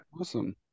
awesome